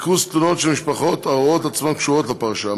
ריכוז תלונות של משפחות הרואות עצמן קשורות לפרשה,